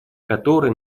которые